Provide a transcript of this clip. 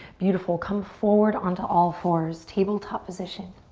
beautiful, come forward onto all fours, tabletop position.